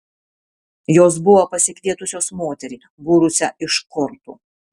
jos buvo pasikvietusios moterį būrusią iš kortų